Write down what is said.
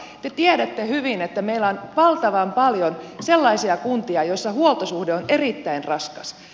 te tiedätte hyvin että meillä on valtavan paljon sellaisia kuntia joissa huoltosuhde on erittäin raskas